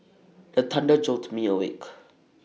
the thunder jolt me awake